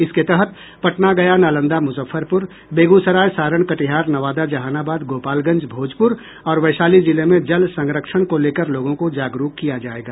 इसके तहत पटना गया नालंदा मुजफ्फरपुर बेगूसराय सारण कटिहार नवादा जहानाबाद गोपालगंज भोजपुर और वैशाली जिले में जल संरक्षण को लेकर लोगों को जागरूक किया जायेगा